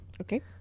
Okay